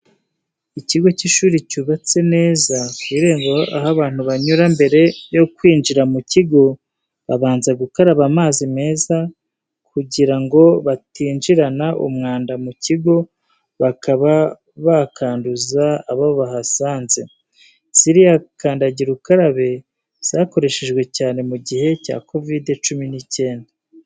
Ikigo cy'ishuri cyubatse neza, ku irembo aho abantu banyura mbere yo kwinjira mu kigo babanza gukaraba amazi meza kugira batinjirana umwanda mu kigo bakaba bakanduza abo bahasanze. Ziriya kandagira ukarabe zakoreshejwe cyane mu gihe cya kovide cumi n'ikenda.